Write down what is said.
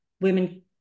women